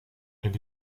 elle